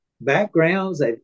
backgrounds